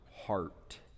heart